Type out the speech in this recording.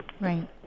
right